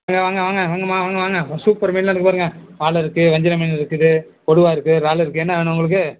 வாங்க வாங்க வாங்க வாங்கம்மா வாங்க வாங்க சூப்பர் மீன் இருக்குது பாருங்க வாளை இருக்குது வஞ்சிரம் மீன் இருக்குது கொடுவா இருக்குது இறால் இருக்குது என்ன வேணும் உங்களுக்கு